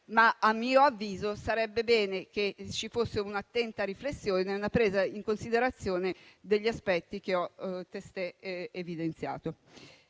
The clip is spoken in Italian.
A mio avviso, sarebbe bene che ci fossero un'attenta riflessione e una presa in considerazione degli aspetti che ho testé evidenziato.